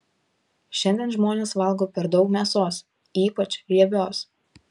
šiandien žmonės valgo per daug mėsos ypač riebios